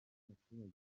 abaturage